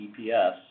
EPS